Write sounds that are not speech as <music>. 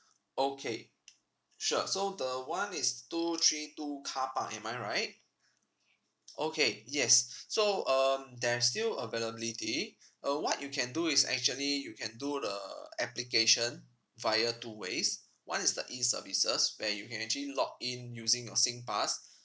okay sure so the one is two three two car park am I right okay yes <breath> so um there's still availability uh what you can do is actually you can do the application via two ways one is the E services where you can actually log in using your SINGPASS